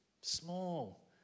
Small